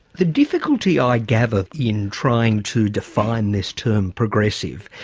the difficulty i gather in trying to define this term, progressive,